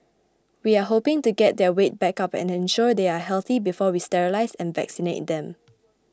we are hoping to get their weight back up and ensure they are healthy before we sterilise and vaccinate them